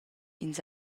ins